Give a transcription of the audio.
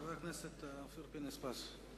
חבר הכנסת אופיר פינס-פז.